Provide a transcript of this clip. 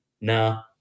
nah